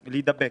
להידבק.